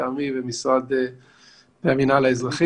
מטעמי ומטעם המינהל האזרחי,